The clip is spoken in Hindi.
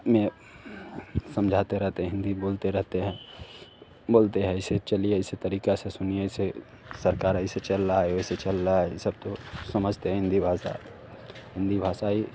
में समझाते रहते हैं हिन्दी बोलते रहते हैं बोलते है ऐसे चलिए ऐसे तरीक़े से सुनिए ऐसे सरकार ऐसे चल रही है ऐसे चल रहा है यह सब तो समझते हैं हिन्दी भाषा हिन्दी भासा ही